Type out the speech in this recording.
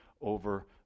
over